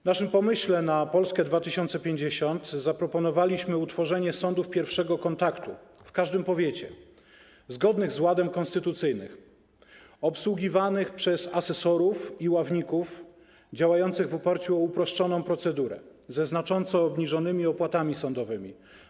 W naszym pomyśle na Polskę 2050 zaproponowaliśmy utworzenie sądów pierwszego kontaktu w każdym powiecie - zgodnych z ładem konstytucyjnym, obsługiwanych przez asesorów i ławników, działających w oparciu o uproszczoną procedurę, ze znacząco obniżonymi opłatami sądowymi.